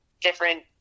different